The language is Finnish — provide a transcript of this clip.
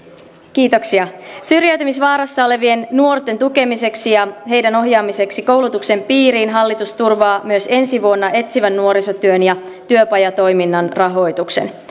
kiitoksia syrjäytymisvaarassa olevien nuorten tukemiseksi ja heidän ohjaamisekseen koulutuksen piiriin hallitus turvaa myös ensi vuonna etsivän nuorisotyön ja työpajatoiminnan rahoituksen